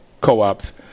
co-ops